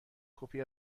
کپی